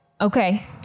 Okay